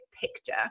picture